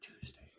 Tuesday